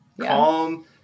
calm